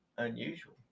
unusual